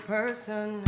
person